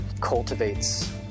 cultivates